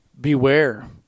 beware